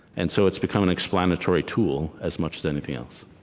and so it's become an explanatory tool as much as anything else